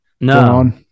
No